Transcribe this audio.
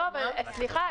סליחה.